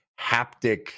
haptic